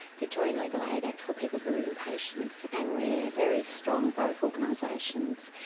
victoria legal aid act for people who are in-patients, and we're very strong, both organisations,